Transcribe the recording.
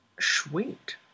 Sweet